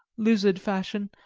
lizard fashion,